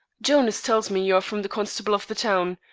jonas tells me you are from the constable of the town.